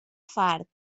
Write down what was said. fart